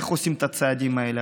איך עושים את הצעדים האלה?